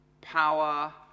power